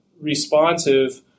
responsive